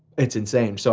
it's insane. so